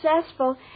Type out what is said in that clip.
successful